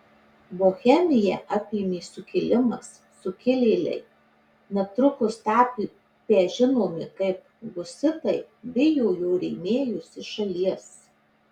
bohemiją apėmė sukilimas sukilėliai netrukus tapę žinomi kaip husitai vijo jo rėmėjus iš šalies